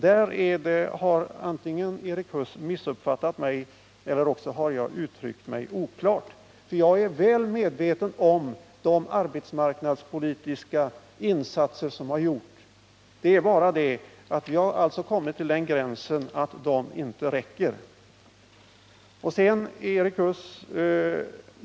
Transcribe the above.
Här har antingen Erik Huss missuppfattat mig eller också har jag uttryckt mig oklart, ty jag är väl medveten om de arbetsmarknadspolitiska insatser som har gjorts. Det är bara det att vi har nått den gräns där de inte räcker till.